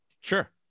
Sure